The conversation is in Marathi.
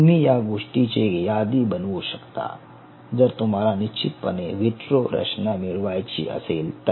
तुम्ही या गोष्टींची एक यादी बनवू शकता जर तुम्हाला निश्चितपणे विट्रो रचना मिळवायची असेल तर